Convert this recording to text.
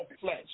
flesh